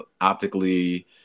optically